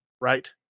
right